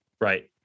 Right